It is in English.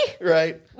Right